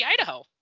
Idaho